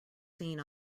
seen